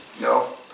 no